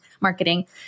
marketing